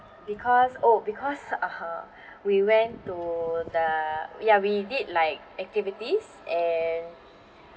because oh because (uh huh) we went to the ya we did like activities and